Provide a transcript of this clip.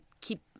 keep